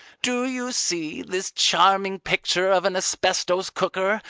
do you see this charming picture of an asbestos cooker,